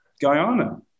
Guyana